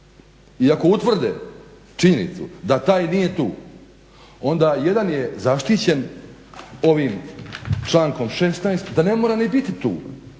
I ako utvrde činjenicu da taj nije tu onda jedan je zaštićen ovim člankom 16.da ne mora ni biti tu